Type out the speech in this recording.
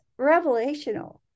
revelational